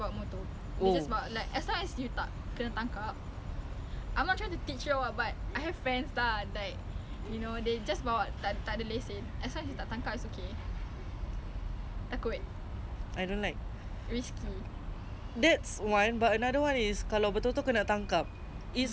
that's one but another one is kalau betul-betul kena tangkap it's gonna be that person's money and dia punya license pun akan kena revoke [tau] siapa-siapa punya motor yang dia orang bawa is gonna get revoked ya tu yang macam kesian untuk dia orang dia orang bayar habis